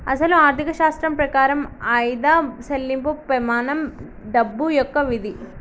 అసలు ఆర్థిక శాస్త్రం ప్రకారం ఆయిదా సెళ్ళింపు పెమానం డబ్బు యొక్క విధి